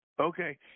Okay